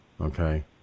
okay